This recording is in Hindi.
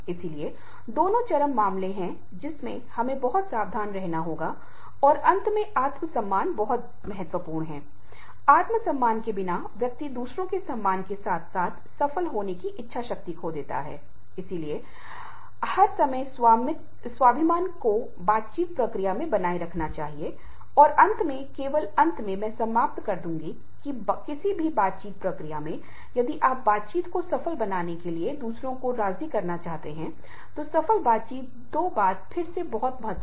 इसलिए संसाधनों को आवंटित करने के लिए आपके पास काम करने के लिए अपने समय प्रयास और ऊर्जा के आवंटन का विकल्प है और काम करने के लिए संसाधन समय प्रयास और ऊर्जा के आवंटन का विकल्प है और गैर काम के लिए ऊर्जा प्रयास के आवंटन का विकल्प